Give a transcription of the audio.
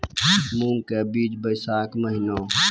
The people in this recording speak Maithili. मूंग के बीज बैशाख महीना